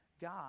God